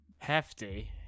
Hefty